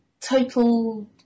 total